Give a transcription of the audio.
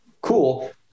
cool